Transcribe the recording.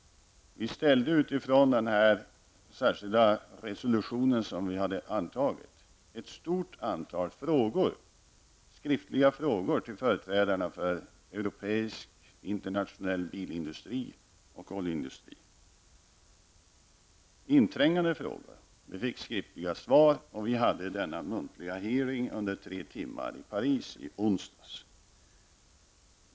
Vi ställde, utifrån den särskilda resolution som vi hade antagit, ett stort antal frågor skriftligt till företrädarna för europeisk bilindustri och oljeindustri. Det var inträngande frågor. Vi fick skriftliga svar, och vi hade denna muntliga hearing under tre timmar i Paris i onsdags.